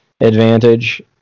advantage